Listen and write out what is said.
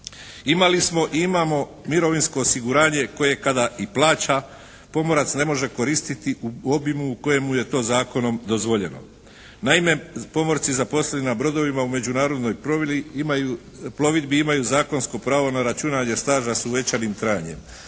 Imali smo i imamo mirovinsko osiguranje koje kada i plaća pomorac ne može koristiti u obimu u kojemu je to zakonom dozvoljeno. Naime pomorci zaposleni na brodovima u međunarodnoj plovidbi imaju zakonsko pravo na računanje staža s uvećanim trajanjem.